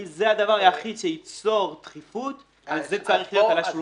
אם זה הדבר היחיד שייצור דחיפות אז זה צריך להיות על השולחן.